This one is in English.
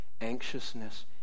anxiousness